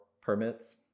permits